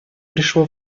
пришло